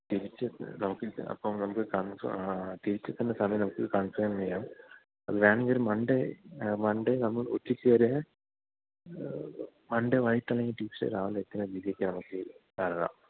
തിരിച്ച് നമുക്ക് അപ്പം നമുക്ക് തിരിച്ചെത്തേണ്ട സമയം നമുക്ക് കൺഫേം ചെയ്യാം വേണമെങ്കില് ഒരു മണ്ടേ മണ്ടേ നമ്മൾ ഉച്ചയ്ക്കൊരു മണ്ടേ വൈകിട്ടല്ലെങ്കില് റ്റൂസ്ഡേ രാവിലെ എത്തുന്ന രീതിക്ക് നമുക്ക് ഇറങ്ങാം